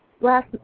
last